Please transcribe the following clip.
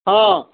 ହଁ